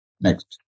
Next